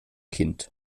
kind